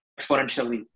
exponentially